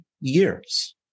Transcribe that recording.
years